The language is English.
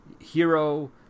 hero